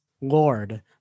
lord